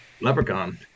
Leprechaun